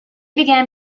began